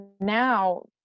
now